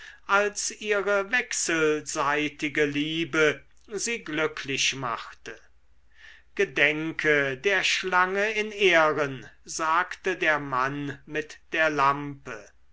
als ihre wechselseitige liebe sie glücklich machte gedenke der schlange in ehren sagte der mann mit der lampe